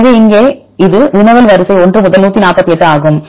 எனவே இங்கே இது உங்கள் வினவல் வரிசை இது 1 முதல் 148 ஆகும்